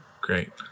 Great